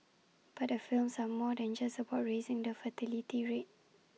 but the films are more than just about raising the fertility rate